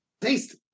Taste